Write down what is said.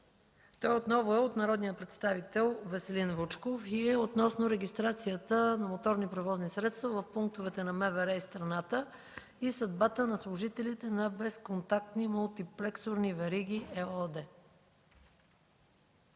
Той отново е от народния представител Веселин Вучков и е относно регистрацията на моторни превозни средства в пунктовете на МВР в страната и съдбата на служителите на „Безконтактни мултиплексорни вериги” ЕООД.